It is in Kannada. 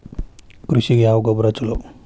ಕೃಷಿಗ ಯಾವ ಗೊಬ್ರಾ ಛಲೋ?